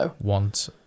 want